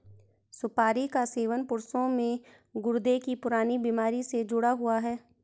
सुपारी का सेवन पुरुषों में गुर्दे की पुरानी बीमारी से भी जुड़ा हुआ है